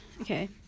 Okay